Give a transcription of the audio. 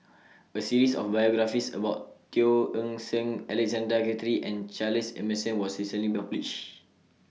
A series of biographies about Teo Eng Seng Alexander Guthrie and Charles Emmerson was recently published